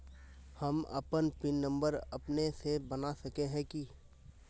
हम अपन PIN number अपने से बना सके है की?